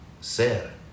Ser